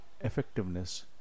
effectiveness